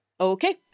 Okay